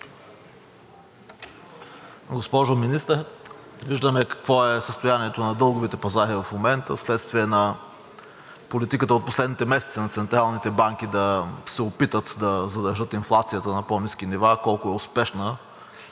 Госпожо Министър, виждаме какво е състоянието на дълговите пазари в момента вследствие на политиката от последните месеци на централните банки да се опитат да задържат инфлацията на по-ниски нива. Колко е успешна,